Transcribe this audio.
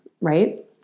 right